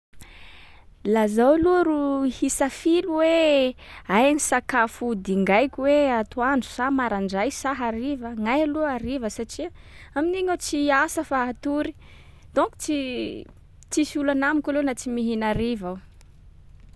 Laha zaho aloha ro hisafily hoe aia ny sakafo dingaiko hoe atoandro sa maraindray sa hariva? Gnahy aloha hariva satria amin’iny aho tsy hiasa fa hatory. Donc tsy tsisy olana amiko loha na tsy mihina hariva aho.